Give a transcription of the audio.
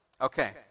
Okay